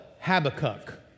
Habakkuk